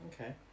okay